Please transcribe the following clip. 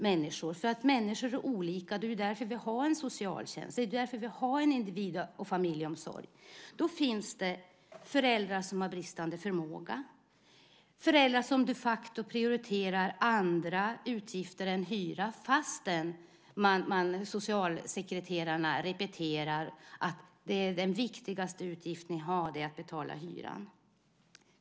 Människor är olika, och bland annat därför har vi en socialtjänst och en individ och familjeomsorg. Då finns det ett antal familjer som har bristande förmåga, föräldrar som de facto prioriterar andra utgifter än hyran fastän socialsekreterarna repeterar att den viktigaste utgiften de har är den för hyran.